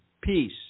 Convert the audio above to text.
peace